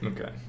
Okay